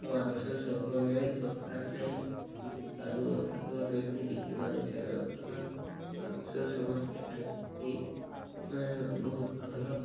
ମାଂସ ସବୁବେଳେ ଦୋକାନରେ ବିକିପାରୁ ହାଟ ନେଇକରି ବିକିପାରୁ ସେମାନଙ୍କର ମାଂସ ସମସ୍ତେ ଖାଇକି ବହୁତ ଭଲ